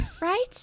Right